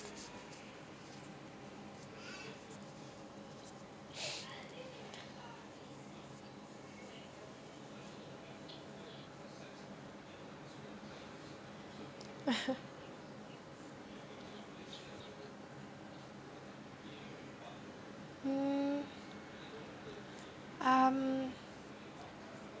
mm um